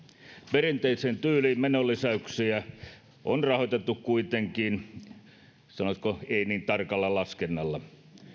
perinteiseen tyyliin menolisäyksiä on rahoitettu kuitenkin sanoisinko ei niin tarkalla laskennalla